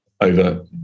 over